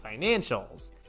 financials